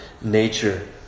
nature